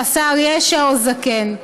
חסר ישע או זקן.